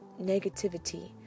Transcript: negativity